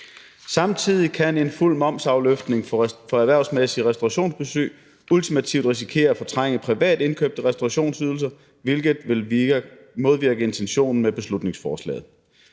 Samtidig kan en fuld momsafløftning på erhvervsmæssige restaurationsbesøg ultimativt risikere at fortrænge privat indkøbte restaurationsydelser, hvilket vil modvirke intentionen med beslutningsforslaget.